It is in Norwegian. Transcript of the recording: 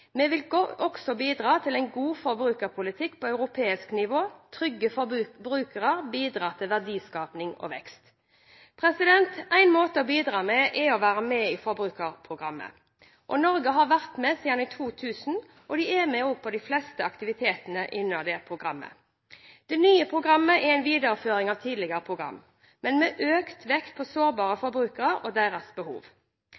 «Vi vil også bidra til en god forbrukerpolitikk på europeisk nivå. Trygge forbrukere bidrar til verdiskaping og vekst.» En måte å bidra på er å være med i Forbrukerprogrammet. Norge har vært med siden 2000 og er med på de fleste aktivitetene under programmet. Det nye programmet er en videreføring av tidligere program, men med økt vekt på sårbare